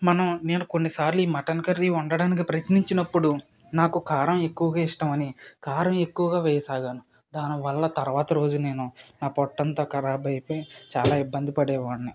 మనం నేను కొన్నిసార్లు ఈ మటన్ కర్రీ వండటానికి ప్రయత్నించినప్పుడు నాకు కారం ఎక్కువగా ఇష్టమని కారం ఎక్కువగా వేయసాగాను దానివల్ల తరువాత రోజు నేను నా పొట్టంతా ఖరాబ్ అయిపోయి చాలా ఇబ్బంది పడే వాడిని